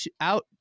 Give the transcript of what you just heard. out